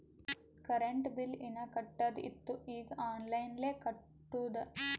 current bill ಹೀನಾ ಕಟ್ಟದು ಇತ್ತು ಈಗ ಆನ್ಲೈನ್ಲೆ ಕಟ್ಟುದ